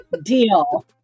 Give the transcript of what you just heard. Deal